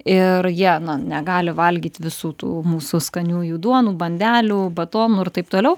ir jie negali valgyt visų tų mūsų skaniųjų duonų bandelių batonų ir taip toliau